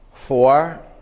Four